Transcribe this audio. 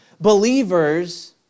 believers